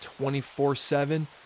24-7